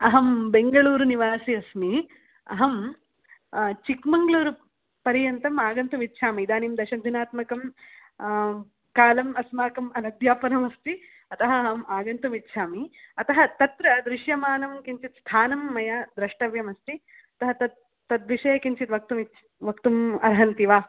अहं बेङ्गळूरुनिवासि अस्मि अहं चिक्कमङ्गलूरुपर्यन्तम् आगन्तुमिच्छामि इदानिं दशदिनात्मकं कालम् अस्माकम् अनद्यापनमस्ति अतः अहम् आगन्तुमिच्छामि अतः तत्र दृश्यमानं किञ्चित् स्थानं मया द्रष्टव्यमस्ति अतः तत् तद्विषये किञ्चित् वक्तुम् इच् वक्तुम् अर्हन्ति वा